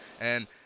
And-